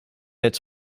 its